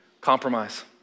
Compromise